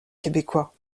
québecois